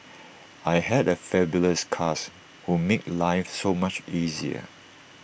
I had A fabulous cast who made life so much easier